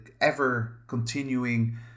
ever-continuing